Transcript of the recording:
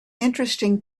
interesting